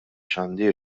xandir